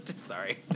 Sorry